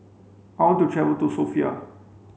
I want to travel to Sofia